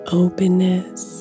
openness